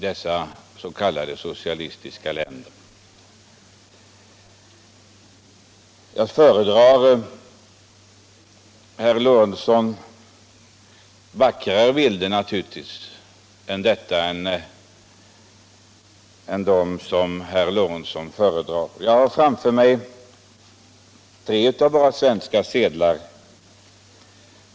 Jag föredrar naturligtvis, herr Lorentzon, vackrare bilder än dem som herr Lorentzon föredrar. Jag har framför mig tre av våra svenska sedlar.